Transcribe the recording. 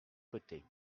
côtés